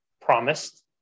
promised